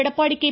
Edappadi K